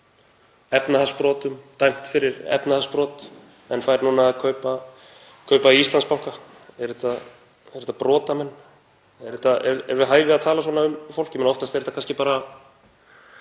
efnahagsbrotum, verið dæmt fyrir efnahagsbrot, en fær núna kaupa Íslandsbanka. Eru þetta brotamenn? Er við hæfi að tala svona um fólk? Oftast er þetta bara